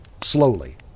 Slowly